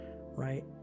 Right